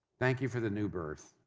thank you for the new birth.